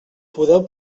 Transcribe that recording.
podeu